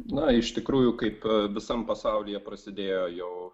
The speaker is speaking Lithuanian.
na iš tikrųjų kaip visam pasaulyje prasidėjo jau